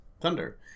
thunder